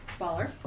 Baller